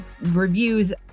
reviews